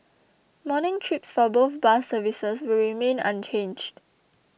morning trips for both bus services will remain unchanged